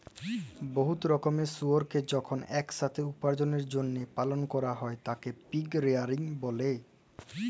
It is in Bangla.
বহুত রকমের শুয়রকে যখল ইকসাথে উপার্জলের জ্যলহে পালল ক্যরা হ্যয় তাকে পিগ রেয়ারিং ব্যলে